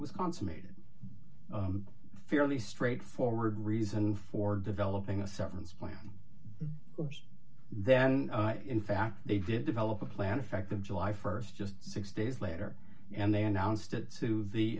was consummated fairly straightforward reason for developing a severance plan then in fact they did develop a plan effective july st just six days later and they announced it to the